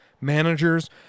managers